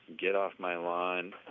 get-off-my-lawn